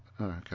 okay